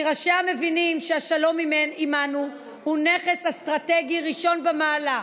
כי ראשיה מבינים שהשלום עימנו הוא נכס אסטרטגי ראשון במעלה,